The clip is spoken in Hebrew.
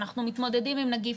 אנחנו מתמודדים עם נגיף,